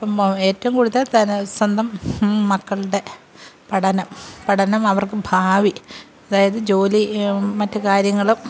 ഏറ്റവും കൂടുതൽ സ്വന്തം മക്കളുടെ പഠനം പഠനം അവർക്ക് ഭാവി അതായത് ജോലി മറ്റ് കാര്യങ്ങളും